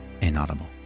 Inaudible